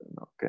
okay